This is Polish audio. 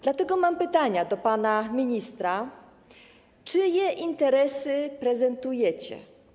Dlatego mam pytania do pana ministra: Czyje interesy reprezentujecie?